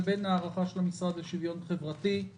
לבין ההערכה של המשרד לשוויון חברתי,